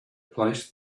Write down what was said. placed